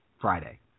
Friday